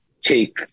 take